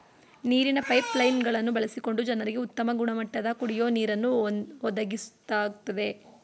ನೀರಿನ pipeline ಗಳನ್ನು ಬಳಸಿಕೊಂಡು ಜನರಿಗೆ ಉತ್ತಮ ಗುಣಮಟ್ಟದ ಕುಡಿಯೋ ನೀರನ್ನು ಒದಗಿಸ್ಲಾಗ್ತದೆ